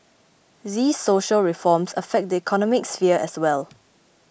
these social reforms affect the economic sphere as well